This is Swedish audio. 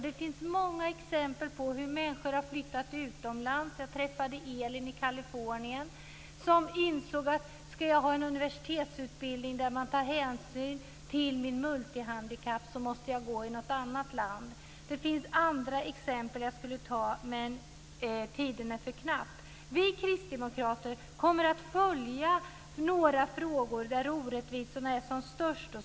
Det finns många exempel på hur människor har flyttat utomlands. Jag träffade Elin i Kalifornien. Hon insåg: Ska jag ha en unversitetsutbildning där man tar hänsyn till mitt multihandikapp måste jag åka till något annat land. Det finns andra exempel som jag skulle kunna ta upp, men tiden är för knapp. Vi kristdemokrater kommer att följa några frågor där orättvisorna är som störst.